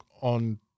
on